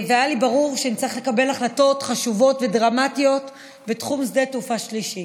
היה לי ברור שנצטרך לקבל החלטות חשובות ודרמטיות בתחום שדה תעופה שלישי.